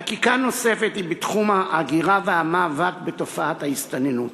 חקיקה נוספת היא בתחום ההגירה והמאבק בתופעת ההסתננות.